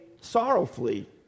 sorrowfully